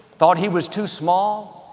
thought he was too small.